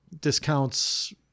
discounts